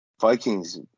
Vikings